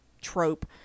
trope